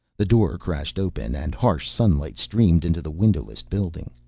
the door crashed open and harsh sunlight streamed into the windowless building.